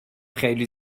خیلی